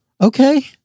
Okay